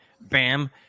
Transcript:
bam